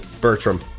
Bertram